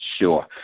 Sure